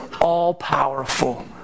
all-powerful